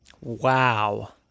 Wow